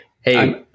hey